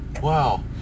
Wow